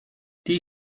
die